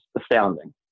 astounding